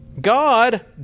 God